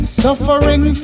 suffering